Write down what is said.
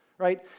Right